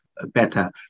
better